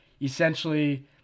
essentially